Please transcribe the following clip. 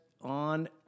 on